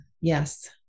Yes